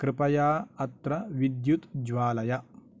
कृपया अत्र विद्युत् ज्वालय